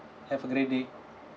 have a great day